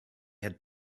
had